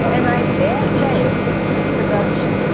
and i dare say, if this production.